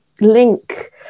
link